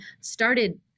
started